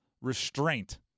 restraint